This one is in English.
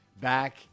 back